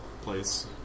place